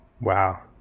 Wow